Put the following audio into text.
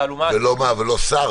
לא, לא, לא, זו הצעה.